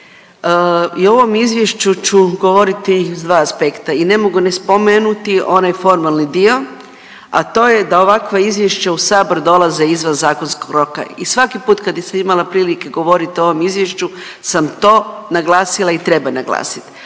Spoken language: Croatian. I o ovom izvješću ću govoriti s dva aspekta i ne mogu ne spomenuti onaj formalni dio, a to je da ovakva izvješća u sabor dolaze izvan zakonskog roka i svaki put kad sam imala prilike govoriti o ovom izvješću sam to naglasila i treba naglasit.